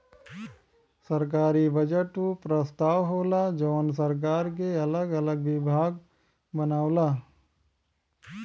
सरकारी बजट उ प्रस्ताव होला जौन सरकार क अगल अलग विभाग बनावला